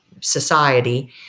society